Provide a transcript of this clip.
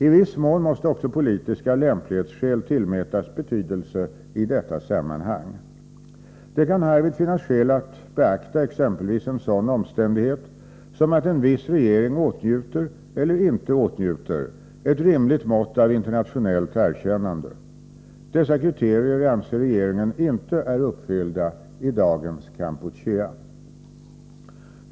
I viss mån måste också politiska lämplighetsskäl tillmätas betydelse i detta sammanhang. Det kan härvid finnas skäl att beakta exempelvis en sådan omständighet som att en viss regering åtnjuter eller inte åtnjuter ett rimligt mått av internationellt erkännande. Dessa kriterier anser regeringen inte är uppfyllda i dagens Kampuchea.